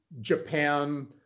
Japan